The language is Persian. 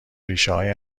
ریشههای